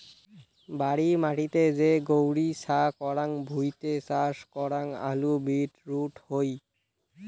বাড়ি মাটিতে যে গৈরী ছা করাং ভুঁইতে চাষ করাং আলু, বিট রুট হই